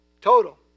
total